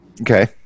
okay